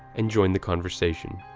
and join the conversation.